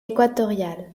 équatoriale